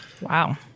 Wow